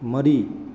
ꯃꯔꯤ